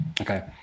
Okay